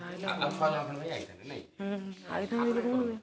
ଆସିଥାନ୍ତା ନାଇଁ ଆାସିଥାନ୍ତା